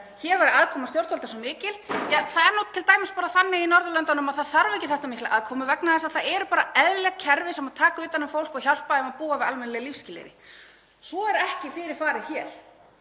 hér væri aðkoma stjórnvalda svo mikil — ja, það er nú t.d. bara þannig á Norðurlöndunum að það þarf ekki þetta mikla aðkomu vegna þess að það eru bara eðlileg kerfi sem taka utan um fólk og hjálpa því að búa við almennileg lífsskilyrði. Því er ekki fyrir að fara